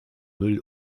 müll